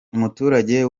umuturage